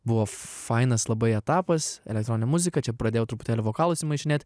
buvo fainas labai etapas elektroninė muzika čia pradėjau truputėlį vokalus įmaišinėt